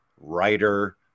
writer